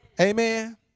Amen